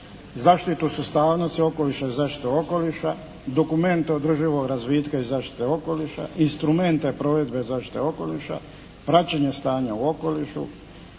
zaštitu sustavnosti okoliša i zaštitu okoliša, dokumente održivog razvitka i zaštite okoliša, instrumente provedbe zaštite okoliša, praćenje stanja u okolišu,